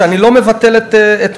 ואני לא מבטל את מטרתה.